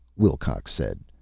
wilcox said.